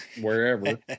wherever